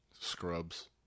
scrubs